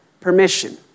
permission